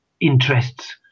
interests